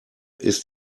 ist